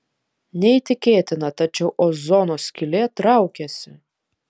neįtikėtina tačiau ozono skylė traukiasi